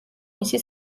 მისი